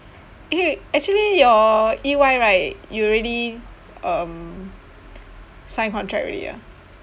eh actually your E_Y right you already um sign contract already ah